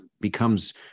becomes